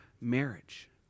marriage